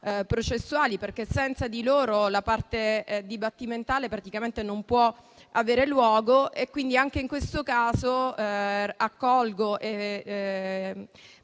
processuali, perché senza di loro la parte dibattimentale praticamente non può avere luogo. Anche in questo caso